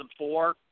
2004